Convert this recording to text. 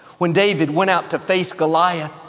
when david went out to face goliath,